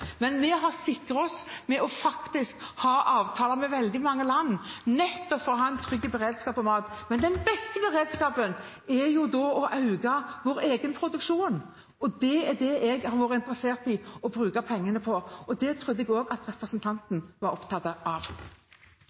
men vi har sikret oss ved å ha avtaler med veldig mange land nettopp for å ha en trygg beredskap for mat. Men den beste beredskapen er jo å øke vår egen produksjon. Det er det jeg har vært interessert i å bruke pengene på, og det trodde jeg også representanten var opptatt av.